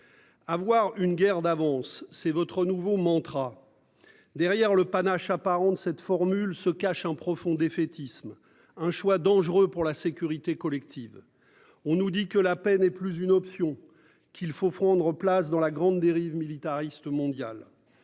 Avoir une guerre d'avance c'est votre nouveau mantra. Derrière le panache apparent de cette formule, se cache un profond défaitisme un choix dangereux pour la sécurité collective. On nous dit que la paix n'est plus une option qu'il faut prendre place dans la grande dérive militariste mondial.